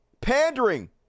pandering